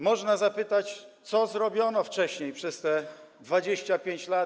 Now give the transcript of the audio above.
Można zapytać, co zrobiono wcześniej przez 25 lat.